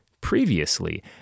previously